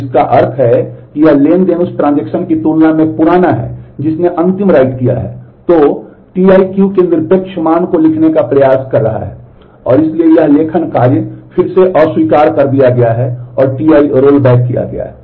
तो जिसका अर्थ है कि यह ट्रांज़ैक्शन उस ट्रांजेक्शन की तुलना में पुराना है जिसने अंतिम write किया है तो Ti Q के निरपेक्ष मान को लिखने का प्रयास कर रहा है और इसलिए यह लेखन कार्य फिर से अस्वीकार कर दिया गया है और Ti रोलबैक किया गया है